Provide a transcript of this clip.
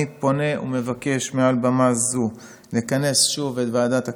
אני פונה ומבקש מעל במה זו לכנס שוב את ועדת הכלכלה,